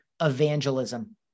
evangelism